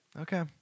Okay